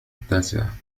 التاسعة